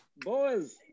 Boys